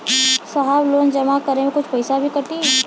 साहब लोन जमा करें में कुछ पैसा भी कटी?